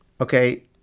okay